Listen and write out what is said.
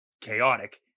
chaotic